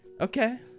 okay